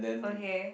okay